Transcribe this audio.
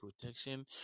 protection